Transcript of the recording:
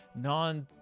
non